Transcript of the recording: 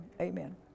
Amen